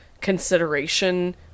consideration